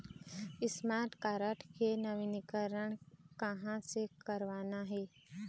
Smart card के नवीनीकरण कहां से करवाना हे?